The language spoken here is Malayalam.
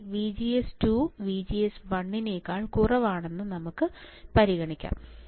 അതിനാൽ VGS2 VGS1 നെക്കാൾ കുറവാണെന്ന് നമുക്ക് പരിഗണിക്കാം